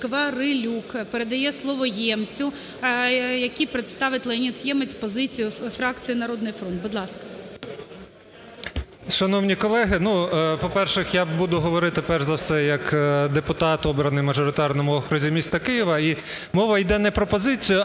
Шкварилюк передає слово Ємцю, який представить, Леонід Ємець, позицію фракції "Народний фронт". Будь ласка. 17:02:56 ЄМЕЦЬ Л.О. Шановні колеги, по-перше, я буду говорити перш за все як депутат, обраний у мажоритарному окрузі міста Києва. І мова йде про позицію,